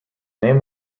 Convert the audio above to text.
name